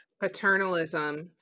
Paternalism